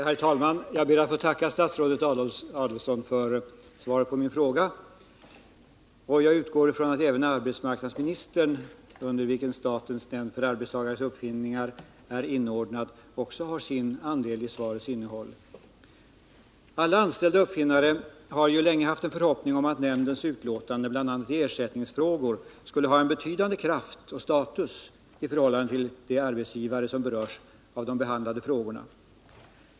Herr talman! Jag ber att få tacka statsrådet Adelsohn för svaret på min fråga. Jag utgår från att även arbetsmarknadsministern, under vilken statens nämnd för arbetstagares uppfinningar är inordnad, har sin andel i svarets innehåll. Alla anställda uppfinnare har länge haft en förhoppning om att nämndens utlåtanden, bl.a. i ersättningsfrågor, skulle ha en betydande kraft och status gentemot de arbetsgivare som berörs av de behandlade frågorna.